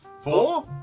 Four